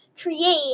create